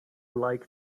like